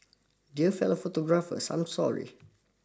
dear fellow photographers I'm sorry